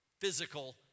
physical